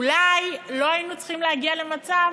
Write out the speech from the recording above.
אולי לא היינו צריכים להגיע למצב